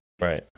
Right